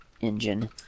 engine